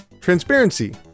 Transparency